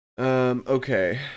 okay